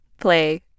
play